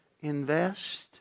invest